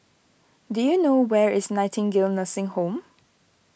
do you know where is Nightingale Nursing Home